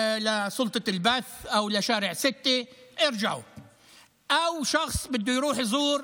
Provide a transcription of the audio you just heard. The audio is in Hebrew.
ובשדה התעופה אמרו להם: יש לכם חוב לרשות השידור,